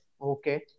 Okay